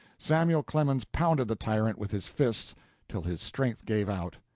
samuel clemens pounded the tyrant with his fists till his strength gave out.